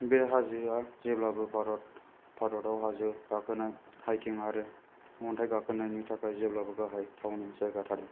बे हाजोआ जेब्लाबो भारताव हाजो गाखोनाय हाइकिं आरो अन्थाइ गाखोनायनि थाखाय जेब्लाबो गाहाय थावनि जाना थादों